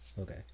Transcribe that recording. Okay